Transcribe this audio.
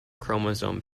chromosome